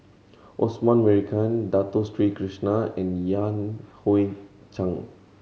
Osman Merican Dato Sri Krishna and Yan Hui Chang